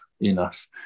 enough